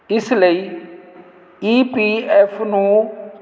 ਇਸ ਲਈ E P F ਨੂੰ